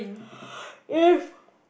if